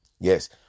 Yes